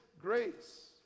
grace